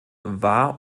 war